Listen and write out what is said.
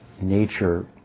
nature